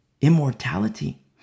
immortality